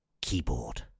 keyboard